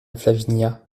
flaviana